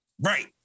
Right